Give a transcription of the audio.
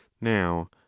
now